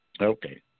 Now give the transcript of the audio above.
Okay